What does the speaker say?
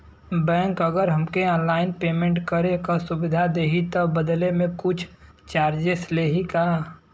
Bank अगर हमके online payment करे के सुविधा देही त बदले में कुछ चार्जेस लेही का?